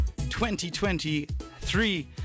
2023